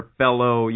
fellow